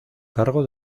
cargo